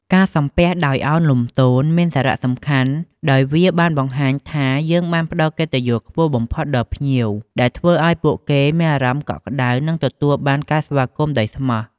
ការសំពះដោយឱនលំទោនមានសារៈសំខាន់ដោយវាបានបង្ហាញថា យើងបានផ្តល់កិត្តិយសខ្ពស់បំផុតដល់ភ្ញៀវ ដែលធ្វើឲ្យពួកគេមានអារម្មណ៍កក់ក្តៅ និងទទួលបានការស្វាគមន៍ដោយស្មោះ។